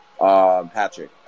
Patrick